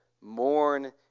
mourn